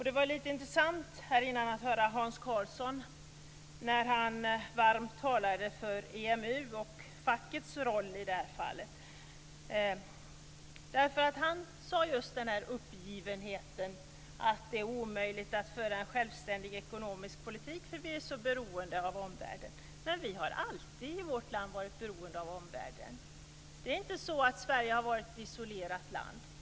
Det var lite intressant att tidigare här höra Hans Karlsson när han varmt talade för EMU och fackets roll i det här fallet. Han nämnde just uppgivenheten och sade att det är omöjligt att föra en självständig ekonomisk politik därför att vi är så beroende av omvärlden. Men vi har i vårt land alltid varit beroende av omvärlden. Det är inte så att Sverige har varit ett isolerat land.